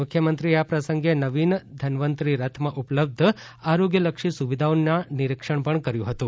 મુખ્યમંત્રીશ્રીએ આ પ્રસંગે નવીન ધનવંતરી રથમાં ઉપલબ્ધ આરોગ્યલક્ષી સુવિધાઓની નિરીક્ષણ પણ કર્યું હતું